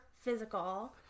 physical